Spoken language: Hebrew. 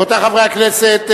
רבותי חברי הכנסת,